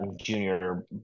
junior